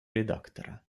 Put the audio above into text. редактора